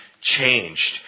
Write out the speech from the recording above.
changed